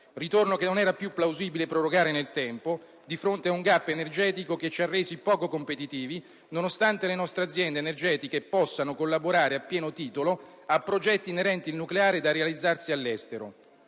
ritorno che non era più plausibile prorogare nel tempo di fronte ad un *gap* energetico che ci ha resi poco competitivi, nonostante le nostre aziende energetiche possano collaborare a pieno titolo a progetti inerenti il nucleare da realizzarsi all'estero.